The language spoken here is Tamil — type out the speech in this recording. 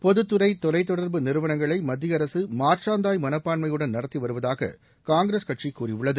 பொதுத்துறை தொலைத்தொடர்பு நிறுவனங்களை மத்திய அரசு மாற்றாந்தாய் மனப்பான்மையுடன் நடத்தி வருவதாக காங்கிரஸ் கட்சி கூறியுள்ளது